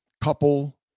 couple